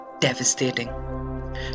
devastating